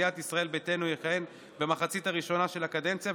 מסיעת ישראל ביתנו יכהן במחצית הראשונה של הקדנציה,